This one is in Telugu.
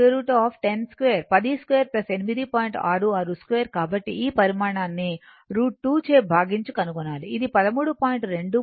662 కాబట్టి ఈ పరిమాణాన్ని √2 చే భాగించి కనుగొనాలి ఇది 13